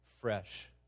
fresh